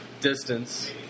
distance